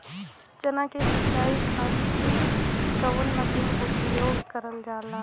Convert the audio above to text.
चना के सिंचाई खाती कवन मसीन उपयोग करल जाला?